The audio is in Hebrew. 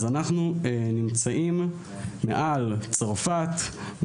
אנחנו נמצאים מעל צרפת,